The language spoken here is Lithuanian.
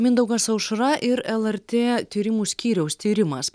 mindaugas aušra ir lrt tyrimų skyriaus tyrimas